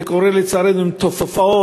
זה קורה לצערנו עם תופעות